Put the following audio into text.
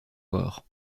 bord